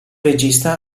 regista